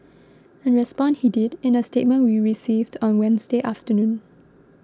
and respond he did in a statement we received on Wednesday afternoon